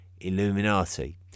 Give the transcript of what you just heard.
Illuminati